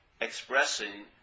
expressing